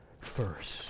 first